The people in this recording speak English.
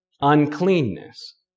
uncleanness